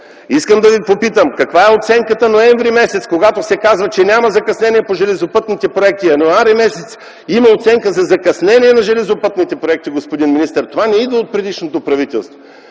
Искам да Ви попитам, каква е оценката през ноември месец, когато се казва, че няма закъснение по железопътните проекти, а януари месец има оценка за закъснение на железопътните проекти, господин министър? Това не идва от предишното правителство.